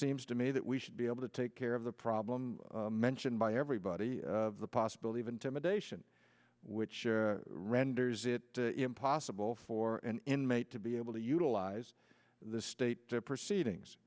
seems to me that we should be able to take care of the problem mentioned by everybody the possibility of intimidation which renders it impossible for an inmate to be able to utilize the state proceedings